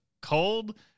cold